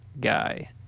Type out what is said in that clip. guy